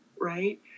right